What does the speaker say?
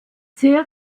sehr